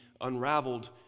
unraveled